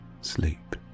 sleep